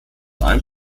einem